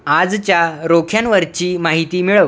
आजच्या रोख्यांवरची माहिती मिळव